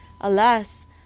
Alas